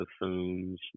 buffoons